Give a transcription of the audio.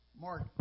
Mark